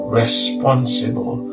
responsible